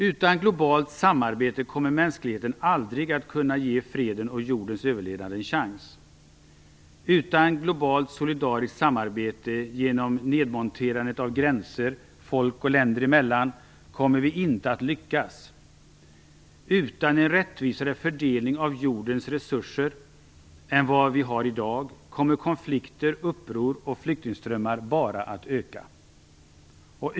Utan globalt samarbete kommer mänskligheten aldrig att kunna ge freden och jordens överlevnad en chans. Utan globalt solidariskt samarbete genom nedmonterandet av gränser folk och länder emellan kommer vi inte att lyckas. Utan en rättvisare fördelning av jordens resurser än vad vi har i dag kommer konflikter, uppror och flyktingströmmar bara att öka.